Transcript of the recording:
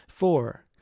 four